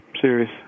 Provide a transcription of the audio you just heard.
serious